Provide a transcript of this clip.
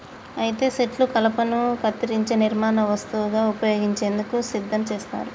అయితే సెట్లు కలపను కత్తిరించే నిర్మాణ వస్తువుగా ఉపయోగించేందుకు సిద్ధం చేస్తారు